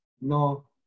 No